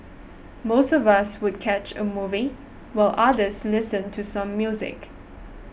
most of us would catch a movie while others listen to some music